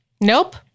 Nope